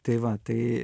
tai va tai